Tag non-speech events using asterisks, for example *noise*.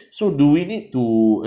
*breath* so do we need to